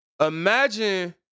Imagine